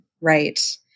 Right